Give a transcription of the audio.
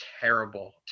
terrible